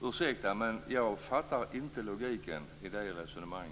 Ursäkta, men jag fattar inte logiken i detta resonemang.